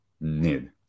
need